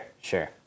Sure